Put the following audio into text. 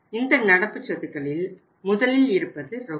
இந்த நடப்பு சொத்துகளில் முதலில் இருப்பது ரொக்கம்